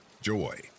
Joy